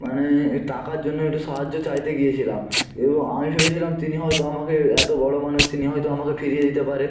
মানে টাকার জন্যে একটু সাহায্য চাইতে গিয়েছিলাম এবং আমি ভেবেছিলাম তিনি হয়তো আমাকে এত বড়ো মানুষ তিনি হয়তো আমাকে ফিরিয়ে দিতে পারে